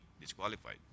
disqualified